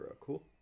Cool